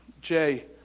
Jay